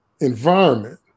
environment